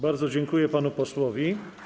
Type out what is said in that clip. Bardzo dziękuję panu posłowi.